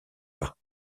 pas